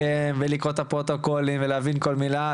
ולסכם ולקרוא את הפרוטוקולים, ולהבין כל מילה.